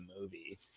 movie